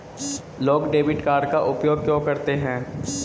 लोग debit card का उपयोग क्यों करते हैं?